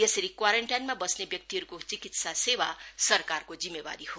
यसरी क्वारिन्टिन मा बस्ने व्यक्तिहरूको चिकित्सा सेवा सरकारको जिम्मेवारी हो